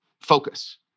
Focus